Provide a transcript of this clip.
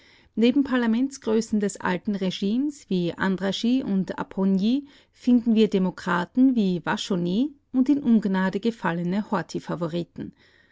neben parlamentsgrößen des alten regimes wie andrassy und apponyi finden wir demokraten wie vazsonyi und in ungnade gefallene